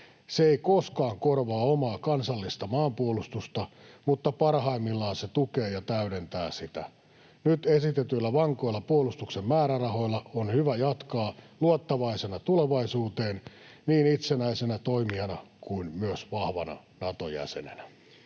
Se ei koskaan korvaa omaa kansallista maanpuolustusta, mutta parhaimmillaan se tukee ja täydentää sitä. Nyt esitetyillä vankoilla puolustuksen määrärahoilla on hyvä jatkaa luottavaisena tulevaisuuteen niin itsenäisenä toimijana kuin myös vahvana Nato-jäsenenä.